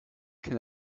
can